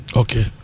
okay